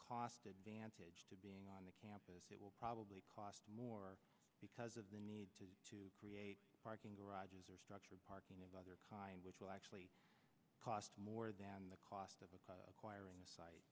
cost advantage to being on the campus it will probably cost more because of the need to create parking garages or structure parking of other kind which will actually cost more than the cost of acquiring a